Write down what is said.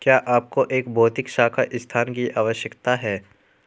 क्या आपको एक भौतिक शाखा स्थान की आवश्यकता है?